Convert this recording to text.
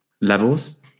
levels